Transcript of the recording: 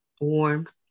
warmth